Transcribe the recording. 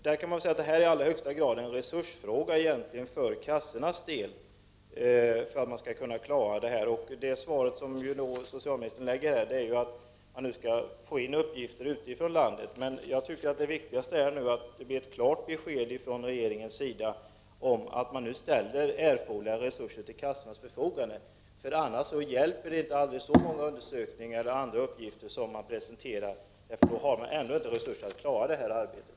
Det här är i allra högsta grad en resursfråga för kassornas del. Det svar som socialministern lämnat innebär att han skall få in uppgifter utifrån landet. Men jag tycker att det viktigaste nu är ett klart besked från regering ' ens sida att man ställer erforderliga resurser till kassornas förfogande. Annars hjälper det inte att presentera aldrig så många resultat av undersökningar eller andra uppgifter — då har kassorna ändå inte resurser att klara det här arbetet.